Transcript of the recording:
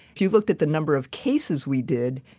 if you looked at the number of cases we did,